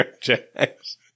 jacks